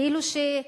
כאילו ש,